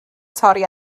torri